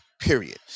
period